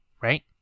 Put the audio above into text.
right